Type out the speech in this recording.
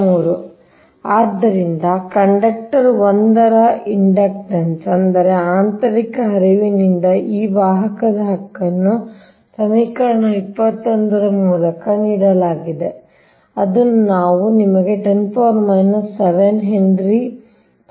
e ಆದ್ದರಿಂದ conductor 1 ರ inductance ಅಂದರೆ ಆಂತರಿಕ ಹರಿವಿನಿಂದಾಗಿ ಈ ವಾಹಕದ ಹಕ್ಕನ್ನು ಸಮೀಕರಣ 21 ರ ಮೂಲಕ ನೀಡಲಾಗಿದೆ ಅದನ್ನು ನಾವು ನಿಮ್ಮ 10⁻⁷ಹೆನ್ರಿ ಪ್ರತಿ ಮೀಟರ್ ನೋಡಿದ್ದೇವೆ